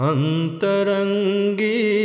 Antarangi